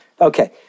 Okay